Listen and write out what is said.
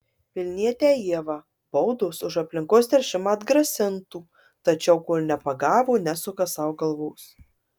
vilnietę ievą baudos už aplinkos teršimą atgrasintų tačiau kol nepagavo nesuka sau galvos